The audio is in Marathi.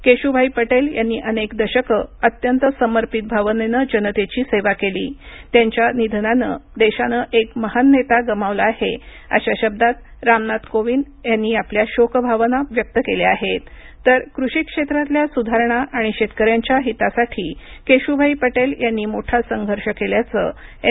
केशुभाई पटेल यांनी अनेक दशकं अत्यंत समर्पित भावनेनं जनतेची सेवा केली त्यांच्या निधनानं देशानं एक महान नेता गमावला आहे अशा शब्दात रामनाथ कोविंद यांनी आपल्या शोक भावना व्यक्त केल्या आहेत तर कृषी क्षेत्रातल्या सुधारणा आणि शेतकऱ्यांच्या हितासाठी केशुभाई पटेल यांनी मोठा संघर्ष केल्याचं एम